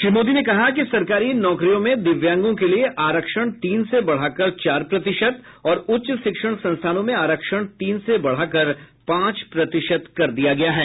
श्री मोदी ने कहा कि सरकारी नौकरियों में दिव्यांगों के लिए आरक्षण तीन से बढ़ाकर चार प्रतिशत और उच्च शिक्षण संस्थानों में आरक्षण तीन से बढ़ाकर पांच प्रतिशत कर दिया गया है